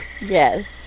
yes